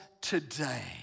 today